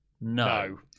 No